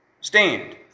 Stand